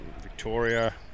victoria